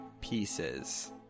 pieces